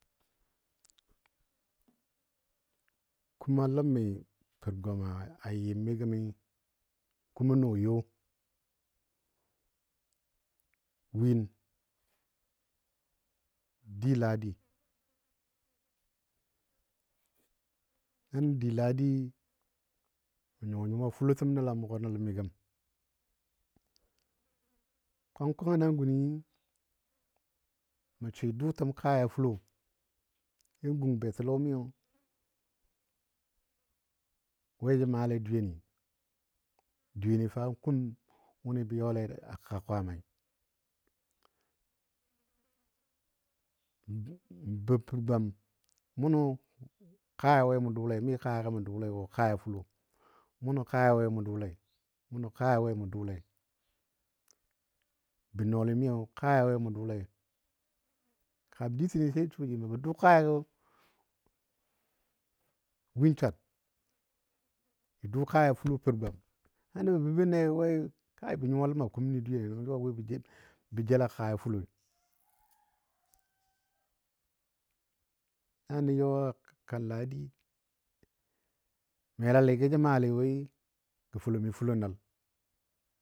Kuuma ləmmi, pər kwam a yɨm ni gəmi kumo nʊ yo. Win di lahadi. nan di lahadi mə nyuwa nyuwa fulotəm nəl a mʊgɔ nəl mi gəm. Kwang. kwang nan guni mə swɨ dʊtə kaya fulo, nan gung betəlɔmiyo we jə. maale dweyeni? dweyeni fa kum wʊni bə yɔle a kəga Kwaamai, n bə per gwam munɔ. kaya we mu dʊlei, mi kayagɔ mə dʊlei wo kaya fulo. Munɔ kaya we mu dʊlei, munɔ kaya we mu dʊlei bə nɔɔlimiyo kaya we mu dʊlei?. Kam ditinɔ sai suwaji mə bə dʊ kayagɔ win swar. Bə dʊ kaya fulo pər gwam. Na nəbɔ bə bənne gɔ wei bə nyuwa ləma kumni dweyini jʊ a bwi bə jel a kaya fuloi. Na nə yɔ kan lahadi melaligɔ jə maale woi gə fulomi fulo nəl.